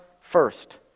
first